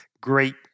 great